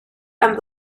and